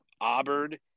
Auburn